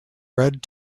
red